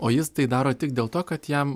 o jis tai daro tik dėl to kad jam